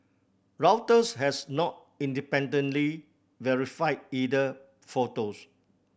Reuters has not independently verified either photos